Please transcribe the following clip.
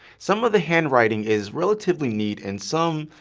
some of the handwriting is relatively neat and some.